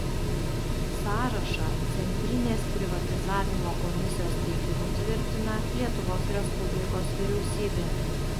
sąrašą centrinės privatizavimo komisijos teikimu tvirtina lietuvos respublikos vyriausybė